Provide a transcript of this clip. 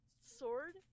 sword